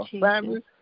family